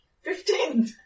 Fifteen